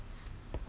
oh